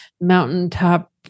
mountaintop